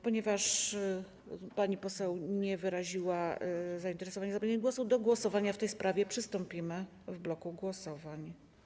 Ponieważ pani poseł nie wyraziła zainteresowania zabraniem głosu, do głosowania w tej sprawie przystąpimy w bloku głosowań.